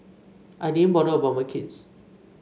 I didn't bother about my kids